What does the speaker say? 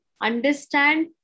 understand